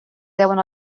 deuen